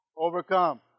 Overcome